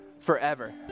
forever